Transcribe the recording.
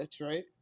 right